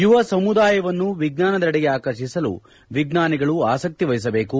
ಯುವ ಸಮುದಾಯವನ್ನು ವಿಜ್ಞಾನದೆಡೆಗೆ ಆಕರ್ಷಿಸಲು ವಿಜ್ಞಾನಿಗಳು ಆಸಕ್ತಿ ವಹಿಸಬೇಕು